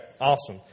Awesome